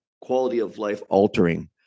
quality-of-life-altering